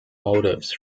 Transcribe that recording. motifs